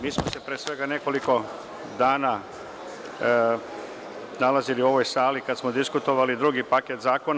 Mi smo se pre svega nekoliko dana nalazili u ovoj sali kada smo diskutovali o drugom paketu zakona.